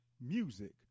music